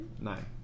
Nine